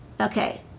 Okay